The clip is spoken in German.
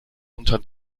unter